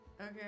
Okay